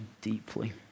deeply